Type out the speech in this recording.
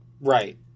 Right